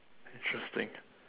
interesting